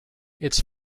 its